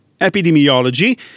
Epidemiology